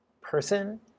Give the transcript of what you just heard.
person